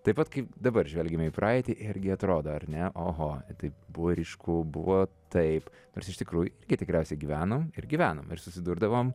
taip pat kaip dabar žvelgiame į praeitį irgi atrodo ar ne oho tai buvo ryšku buvo taip nors iš tikrų irgi tikriausiai gyvenom ir gyvenom ir susidurdavom